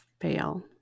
fail